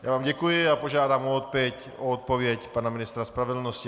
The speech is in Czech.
Já vám děkuji a požádám o odpověď ministra spravedlnosti.